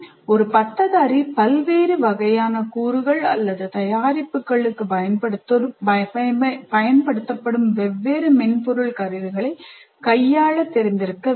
ஒரு பட்டதாரி பல்வேறு வகையான கூறுகள் அல்லது தயாரிப்புகளுக்குப் பயன்படுத்தப்படும் வெவ்வேறு மென்பொருள் கருவிகளைக் கையாளத் தெரிந்திருக்க வேண்டும்